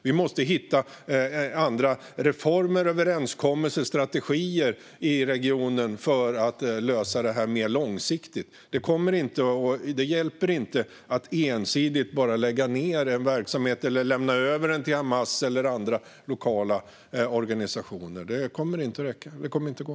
Vi måste hitta andra reformer, överenskommelser och strategier i regionen för att lösa detta mer långsiktigt. Det hjälper inte att ensidigt bara lägga ned en verksamhet eller lämna över den till Hamas eller andra lokala organisationer. Det kommer inte att gå.